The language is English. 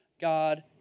God